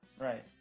Right